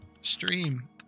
stream